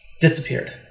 disappeared